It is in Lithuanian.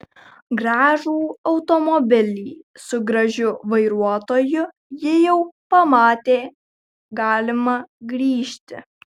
gražų automobilį su gražiu vairuotoju ji jau pamatė galima grįžti